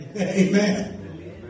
Amen